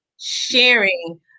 sharing